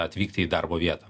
atvykti į darbo vietą